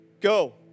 go